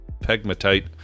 Pegmatite